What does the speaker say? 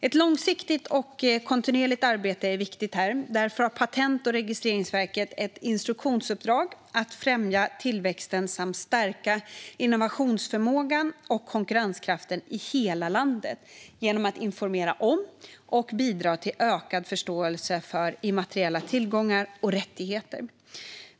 Ett långsiktigt och kontinuerligt arbete är viktigt. Därför har Patent och registreringsverket ett instruktionsenligt uppdrag att främja tillväxten samt stärka innovationsförmågan och konkurrenskraften i hela landet genom att informera om och bidra till ökad förståelse för immateriella tillgångar och rättigheter.